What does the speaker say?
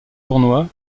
tournoi